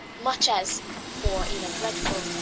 much as for in a dreadful,